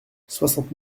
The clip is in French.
soixante